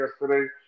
yesterday